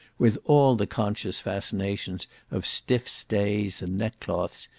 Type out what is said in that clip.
with all the conscious fascinations of stiff stays and neck-cloths,